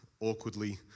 awkwardly